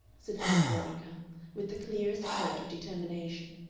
said ann veronica with the clearest note of determination.